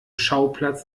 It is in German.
schauplatz